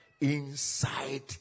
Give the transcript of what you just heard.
inside